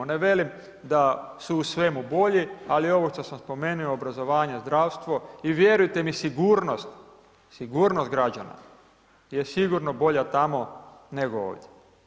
Ne velim da su u svemu bolji, ali ovo što sam spomenuo, obrazovanje, zdravstvo i vjerujte mi i sigurnost, sigurnost građana je sigurno bolja tamo nego ovdje.